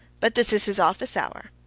but this is his office hour.